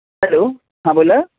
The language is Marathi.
हॅलो हां बोला